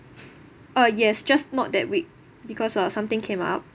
uh yes just not that week because uh something came up